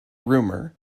rumor